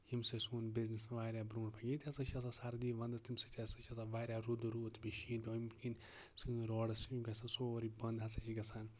ییٚمہِ ستۍ سون بِزنٮ۪س واریاہ برونٹھ پَکہِ ییٚتہِ ہسا چھِ آسان سردی وَندَس تَمہِ سۭتۍ تہِ ہسا چھُ آسان واریاہ روٚدٕ روٗد بیٚیہِ شیٖن پیٚوان ییٚمہِ کِنۍ سٲنۍ روڈٕس یِم گژھن سورُے بَند ہسا چھِ گژھان